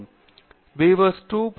என்ன பீவர்ஸ்2 பற்றி